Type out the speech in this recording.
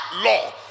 law